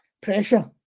pressure